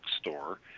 store